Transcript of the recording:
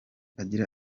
agira